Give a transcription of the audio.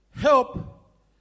help